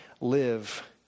live